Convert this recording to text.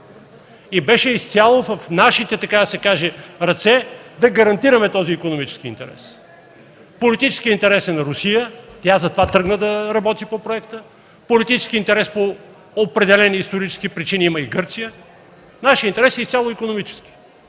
и беше изцяло в нашите, така да се каже, ръце да гарантираме този икономически интерес. Политическият интерес е на Русия – тя затова тръгна да работи по проекта, политически интерес по определени исторически причини има и Гърция, а нашият интерес е изцяло икономически.